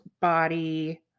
body